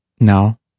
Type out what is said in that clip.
Now